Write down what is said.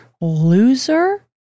Loser